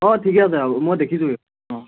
অঁ ঠিক আছে হ'ব মই দেখিছোঁ অঁ